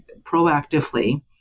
proactively